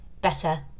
better